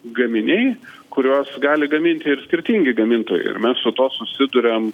gaminiai kuriuos gali gaminti ir skirtingi gamintojai ir mes su tuo susiduriam